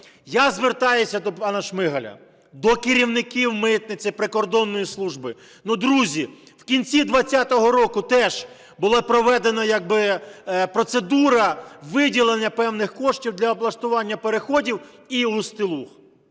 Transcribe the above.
Я звертаюся до пана Шмигаля, до керівників митниці і прикордонної служби. Друзі, в кінці 2020 року теж була проведена як би процедура виділення певних коштів для облаштування переходів і "Устилуг"